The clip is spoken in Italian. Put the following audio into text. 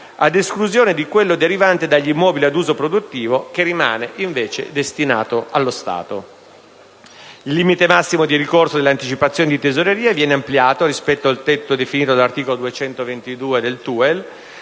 ad esclusione di quello derivante dagli immobili ad uso produttivo, che rimane invece destinato allo Stato. Il limite massimo di ricorso all'anticipazione di tesoreria viene ampliato, rispetto al tetto definito dall'articolo 222 del TUEL,